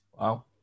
Wow